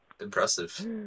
Impressive